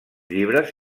llibres